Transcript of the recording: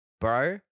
Bro